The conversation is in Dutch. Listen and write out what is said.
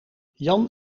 jan